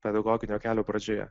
pedagoginio kelio pradžioje